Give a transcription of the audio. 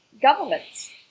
governments